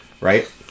right